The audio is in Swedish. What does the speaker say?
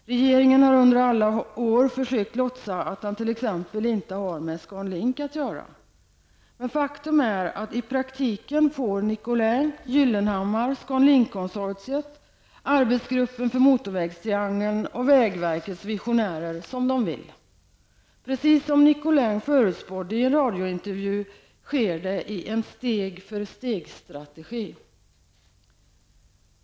Regeringen har under alla år försökt att låtsas t.ex. att den inte har med Scan Link att göra. Men faktum är att det i praktiken är Nicolin, Arbetsgruppen för motorvägstriangeln och vägverkets ''visionärer'' som får som de vill. Precis som Nicolin förutspått i en radiointervju sker det i en steg-för-steg-strategi.